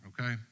okay